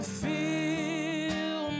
feel